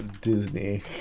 Disney